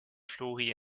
flori